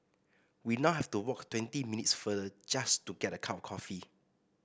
we now have to walk twenty minutes further just to get a cup of coffee